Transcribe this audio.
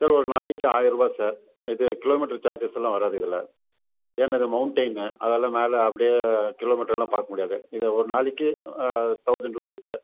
sir ஒரு நாளைக்கு ஆயரூபா சார் இது கிலோமீட்டர் சார்ஜ்ஸ் எல்லாம் வராது இதில் ஏன்னா இது மௌண்டன்னு அதால் மேலே ஆப்டே கிலோமீட்டர் எல்லாம் பார்க்க முடியாது இதுல ஒரு நாளைக்கு தௌஸண்ட் ருப்பீஸு